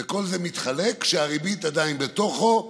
וכל זה מתחלק כשהריבית עדיין בתוכה,